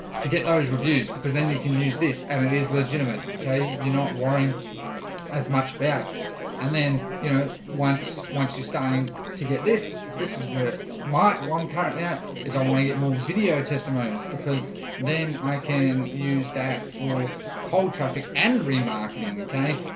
to get those reviews because then you can use this and it is legitimate. okay, you're not worrying as much better and then you know once once you're starting to get this, this is what my one character yeah is i um want to get more video testimonials because then i can use that for coal traffic and remarketing okay,